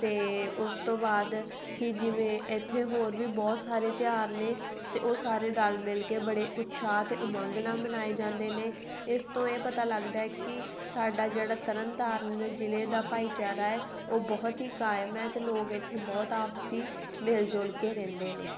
ਅਤੇ ਉਸ ਤੋਂ ਬਾਅਦ ਕਿ ਜਿਵੇਂ ਇੱਥੇ ਹੋਰ ਵੀ ਬਹੁਤ ਸਾਰੇ ਤਿਉਹਾਰ ਨੇ ਅਤੇ ਉਹ ਸਾਰੇ ਰਲ ਮਿਲ ਕੇ ਬੜੇ ਉਤਸ਼ਾਹ ਅਤੇ ਉਮੰਗ ਨਾਲ ਮਨਾਏ ਜਾਂਦੇ ਨੇ ਇਸ ਤੋਂ ਇਹ ਪਤਾ ਲੱਗਦਾ ਕਿ ਸਾਡਾ ਜਿਹੜਾ ਤਰਨ ਤਾਰਨ ਜ਼ਿਲ੍ਹੇ ਦਾ ਭਾਈਚਾਰਾ ਹੈ ਉਹ ਬਹੁਤ ਹੀ ਕਾਇਮ ਹੈ ਅਤੇ ਲੋਕ ਇੱਥੇ ਬਹੁਤ ਆਪਸੀ ਮਿਲਜੁਲ ਕੇ ਰਹਿੰਦੇ ਨੇ